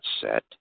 set